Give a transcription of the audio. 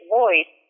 voice